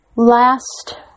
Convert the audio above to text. Last